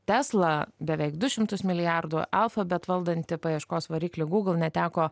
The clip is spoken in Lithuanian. tesla beveik du šimtus milijardų alphabet valdanti paieškos variklį google neteko